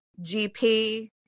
gp